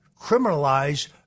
criminalize